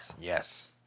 Yes